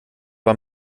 war